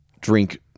Drink